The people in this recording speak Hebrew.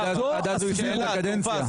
עד אז הוא יסיים את הקדנציה.